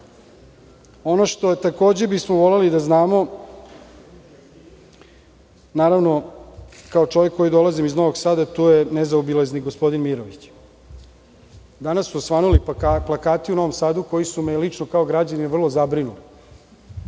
što bismo takođe voleli da znamo, naravno, kao čovek koji dolazi iz Novog Sada, tu je nezaobilazni gospodin Mirović. Danas su osvanuli plakati u Novom Sadu koji su me lično kao građanina vrlo zabrinuli.